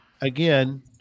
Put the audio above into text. again